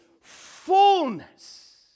fullness